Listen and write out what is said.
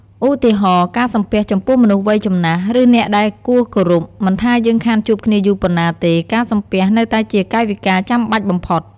ឧទាហរណ៍ ការសំពះចំពោះមនុស្សវ័យចំណាស់ ឬអ្នកដែលគួរគោរព មិនថាយើងខានជួបគ្នាយូរប៉ុណ្ណាទេ ការសំពះ នៅតែជាកាយវិការចាំបាច់បំផុត។